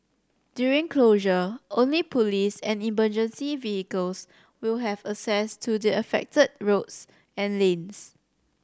during closure only police and emergency vehicles will have access to the affected roads and lanes